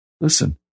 Listen